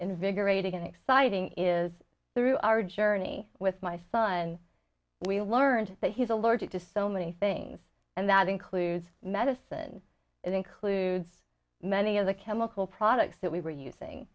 invigorating and exciting is through our journey with my son we learned that he's allergic to so many things and that includes medicine it includes many of the chemical products that we were using